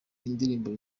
indirimbo